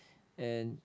and